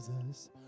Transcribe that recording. jesus